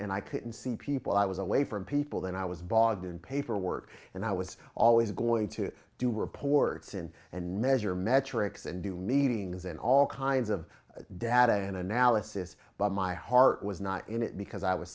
and i could see people i was away from people than i was bogged in paperwork and i was always going to do reports in and measure metrics and do meetings and all kinds of data and analysis but my heart was not in it because i was